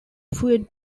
feud